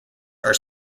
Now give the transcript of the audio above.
are